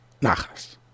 Nachas